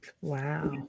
wow